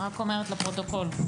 אני רק אומרת לפרוטוקול.